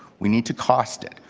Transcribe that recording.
we need to cost it.